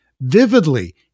vividly